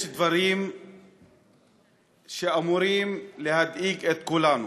יש דברים שאמורים להדאיג את כולם.